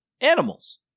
animals